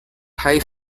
high